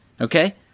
okay